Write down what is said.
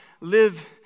live